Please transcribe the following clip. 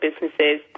businesses